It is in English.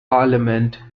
parliament